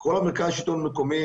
כל מרכז השלטון המקומי,